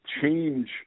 change